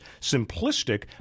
simplistic